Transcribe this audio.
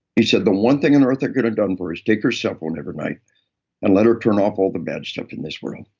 he said, the one thing on and earth i could've done for her is take her cell phone every night and let her turn off all the bad stuff in this world.